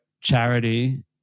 charity